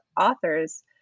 authors